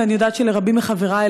ואני יודעת שלרבים מחברי,